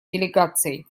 делегацией